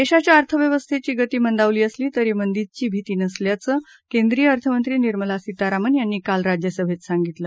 देशाच्या अर्थव्यवस्थेची गती मंदावली असली तरी मंदीची भीती नसल्याचं केंद्रीय अर्थमंत्री निर्मला सितारामन यांनी काल राज्यसभेत सांगितलं